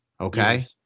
okay